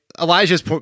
Elijah's